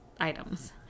items